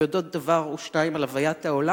ויודעות דבר או שניים על הוויית העולם.